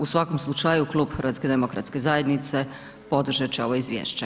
U svakom slučaju Klub HDZ-a podržat će ovo izvješće.